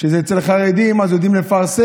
כשזה אצל חרדים אז יודעים לפרסם,